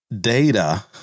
data